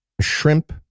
shrimp